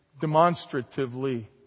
demonstratively